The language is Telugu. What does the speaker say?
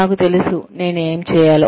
నాకు తెలుసు నేను ఏమి చేయాలో